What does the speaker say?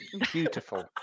Beautiful